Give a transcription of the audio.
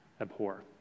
abhor